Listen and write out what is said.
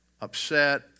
upset